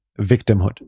victimhood